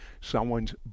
someone's